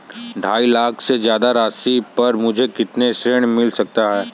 ढाई लाख से ज्यादा राशि पर मुझे कितना ऋण मिल सकता है?